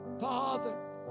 Father